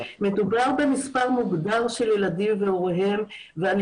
מדובר במספר מוגבל של ילדים והוריהם ואני